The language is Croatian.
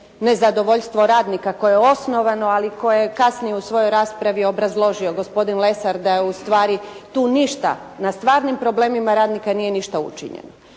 nezadovoljstvo radnika koje je osnovano, ali koje je kasnije u svojoj raspravi obrazložio gospodin Lesar da u stvari tu ništa na stvarnim problemima radnika nije ništa učinjeno.